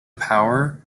power